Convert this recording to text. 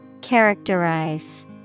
Characterize